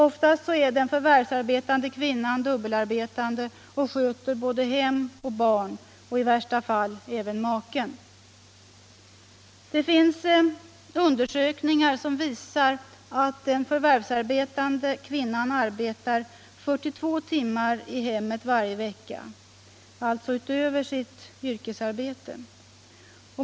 Oftast är den förvärvsarbetande kvinnan dubbelarbetande och sköter både hem och barn, i värsta fall även maken. Det finns undersökningar som visar att den förvärvsarbetande kvinnan arbetar 42 timmar i hemmet varje vecka, alltså utöver sitt yrkesarbete.